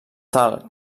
tal